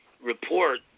report